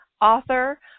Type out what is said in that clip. author